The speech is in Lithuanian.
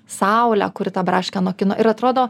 saulę kuri tą braškę nokino ir atrodo